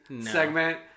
segment